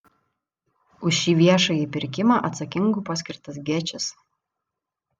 už šį viešąjį pirkimą atsakingu paskirtas gečis